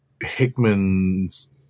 Hickman's